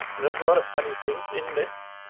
and there was a lot of funny things in this,